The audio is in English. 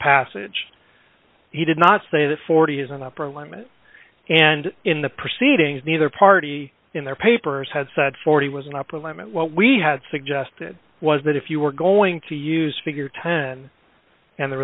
passage he did not say that forty is an upper limit and in the proceedings neither party in their papers had said forty was an upper limit what we had suggested was that if you were going to use figure ten and the